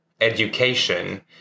education